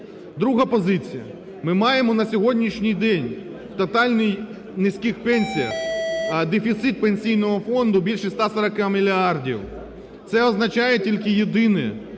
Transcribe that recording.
Друга позиція. Ми маємо на сьогоднішній день тотально низькі пенсії, дефіцит Пенсійного фонду більше 140 мільярдів. Це означає тільки єдине,